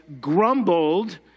grumbled